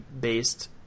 based